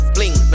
Bling